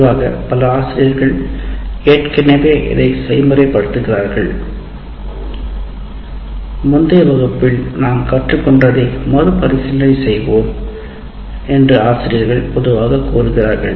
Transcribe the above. பொதுவாக பல ஆசிரியர்கள் ஏற்கனவே இதைச் செய்முறை படுத்துகிறார்கள் " முந்தைய வகுப்பில் நாம் கற்றுக்கொண்டதை மறுபரிசீலனை செய்வோம் " என்று ஆசிரியர்கள் பொதுவாக கூறுகிறார்கள்